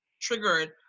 triggered